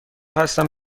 هستم